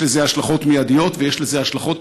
יש לזה השלכות מיידיות ויש לזה השלכות